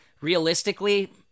realistically